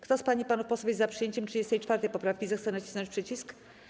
Kto z pań i panów posłów jest za przyjęciem 34. poprawki, zechce nacisnąć przycisk.